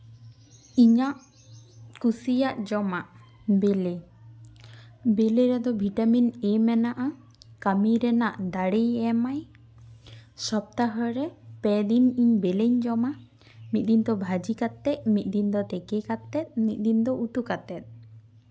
ᱤᱧᱟᱹᱜ ᱠᱩᱥᱤᱭᱟᱜ ᱡᱚᱢᱟᱜ ᱵᱤᱞᱤ ᱵᱤᱞᱤ ᱨᱮᱫᱚ ᱵᱷᱤᱴᱟᱢᱤᱱ ᱮ ᱢᱮᱱᱟᱜᱼᱟ ᱠᱟᱹᱢᱤ ᱨᱮᱱᱟᱜ ᱫᱟᱲᱮ ᱮᱢᱟᱭ ᱥᱚᱯᱛᱟᱦᱚ ᱨᱮ ᱯᱮ ᱫᱤᱱ ᱤᱧ ᱵᱤᱞᱤᱧ ᱡᱚᱢᱟ ᱢᱤᱫ ᱫᱤᱱ ᱫᱚ ᱵᱷᱟᱹᱡᱤ ᱠᱟᱛᱮᱜ ᱢᱤᱫ ᱫᱤᱱ ᱫᱚ ᱛᱤᱠᱤ ᱠᱟᱛᱮᱜ ᱢᱤᱫ ᱫᱤᱱ ᱫᱚ ᱩᱛᱩ ᱠᱟᱛᱮᱫ